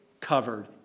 covered